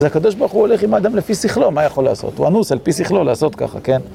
אז הקדוש ברוך הוא הולך עם האדם לפי שכלו, מה יכול לעשות? הוא אנוס על פי שכלו לעשות ככה, כן?